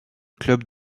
club